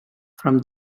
from